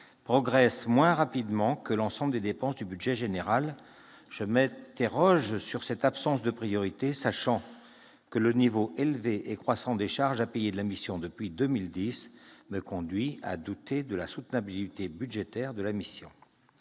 progressent moins rapidement que l'ensemble des dépenses du budget général. Je m'interroge sur cette absence de priorité, sachant que le niveau élevé et croissant des charges à payer de cette mission, depuis 2010, me conduit déjà à douter de la soutenabilité budgétaire de la mission